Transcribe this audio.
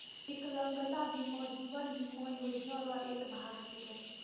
बिकलांगता बीमा जीवन बीमा योजना रो एक भाग छिकै